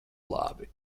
labi